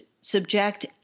subject